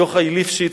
יוחאי ליפשיץ,